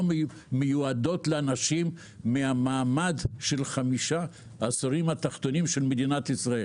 מיועדות לאנשים מהמעמד של חמשת העשורים התחתונים של מדינת ישראל.